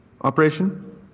operation